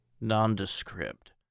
nondescript